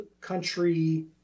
country